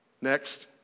Next